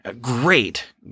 Great